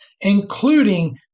including